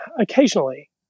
Occasionally